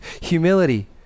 Humility